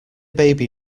baby